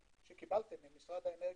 שקיבלתם ממשרד האנרגיה,